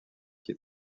qui